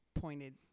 pointed